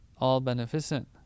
All-Beneficent